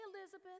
Elizabeth